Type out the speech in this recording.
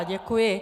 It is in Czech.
Děkuji.